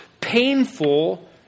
painful